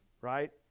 right